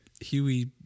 Huey